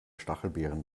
stachelbeeren